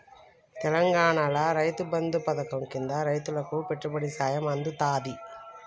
తెలంగాణాల రైతు బంధు పథకం కింద రైతులకు పెట్టుబడి సాయం అందుతాంది